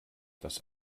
das